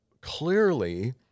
clearly